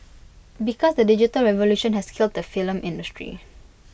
because the digital revolution has killed the film industry